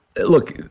look